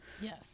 Yes